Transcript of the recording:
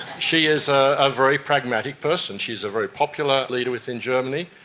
she is a a very pragmatic person, she is a very popular leader within germany.